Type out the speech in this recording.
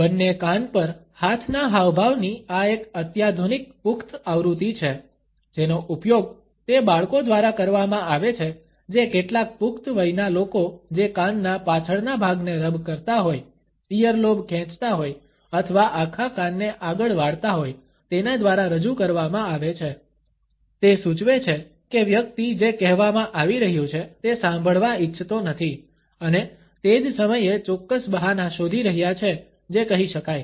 બંને કાન પર હાથના હાવભાવની આ એક અત્યાધુનિક પુખ્ત આવ્રુતિ છે જેનો ઉપયોગ તે બાળકો દ્વારા કરવામાં આવે છે જે કેટલાક પુખ્ત વયના લોકો જે કાનના પાછળના ભાગને રબ કરતા હોય ઇયરલોબ ખેંચતા હોય અથવા આખા કાનને આગળ વાળતા હોય તેના દ્વારા રજૂ કરવામાં આવે છે તે સૂચવે છે કે વ્યક્તિ જે કહેવામાં આવી રહ્યું છે તે સાંભળવા ઇચ્છતો નથી અને તે જ સમયે ચોક્કસ બહાના શોધી રહ્યા છે જે કહી શકાય